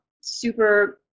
super